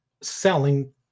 selling